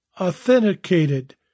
authenticated